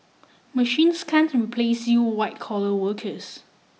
machines can't replace you white collar workers